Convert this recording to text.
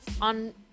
on